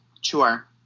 Sure